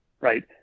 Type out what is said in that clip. right